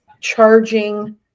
Charging